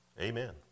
Amen